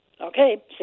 Okay